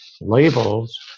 labels